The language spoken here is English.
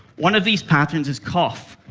one of these patterns is cough.